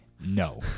No